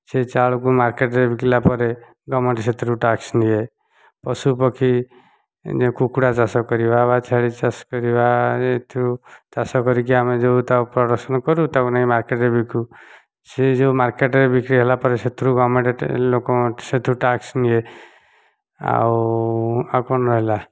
ସେ ଚାଉଳକୁ ମାର୍କେଟ୍ରେ ବିକିଲା ପରେ ଗଭର୍ଣ୍ଣମେଣ୍ଟ୍ ସେଥିରୁ ଟ୍ୟାକ୍ସ୍ ନିଏ ପଶୁପକ୍ଷୀ କୁକୁଡ଼ା ଚାଷ କରିବା ବା ଛେଳି ଚାଷ କରିବା ଏଥିରୁ ଚାଷ କରିକି ଆମେ ଯେଉଁ ତା ପ୍ରଡ଼କ୍ସନ୍ କରୁ ତାକୁ ନେଇ ମାର୍କେଟ୍ରେ ବିକୁ ସେ ଯେଉଁ ମାର୍କେଟ୍ରେ ବିକ୍ରି ହେଲା ପରେ ସେଥିରୁ ଗଭର୍ଣ୍ଣମେଣ୍ଟ୍ ଲୋକ ସେଥିରୁ ଟ୍ୟାକ୍ସ୍ ନିଏ ଆଉ ଆଉ କ'ଣ ରହିଲା